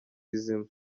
izima